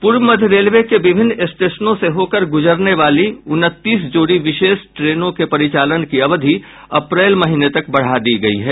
पूर्व मध्य रेलवे के विभिन्न स्टेशनों से होकर गुजरने वाली उनतीस जोड़ी विशेष ट्रेनों के परिचालन की अवधि अप्रैल महीने तक बढ़ा दी गई है